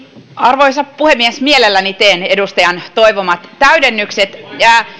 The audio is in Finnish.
arvoisa puhemies mielelläni teen edustajan toivomat täydennykset